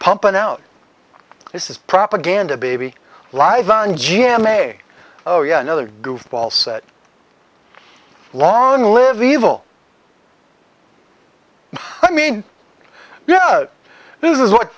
pumping out this is propaganda baby live on g m a oh yeah another goofball said long live evil i mean yeah this is what